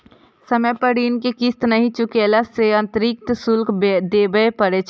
समय पर ऋण के किस्त नहि चुकेला सं अतिरिक्त शुल्क देबय पड़ै छै